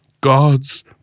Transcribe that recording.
God's